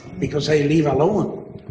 because i live alone.